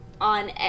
on